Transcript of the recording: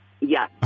Yes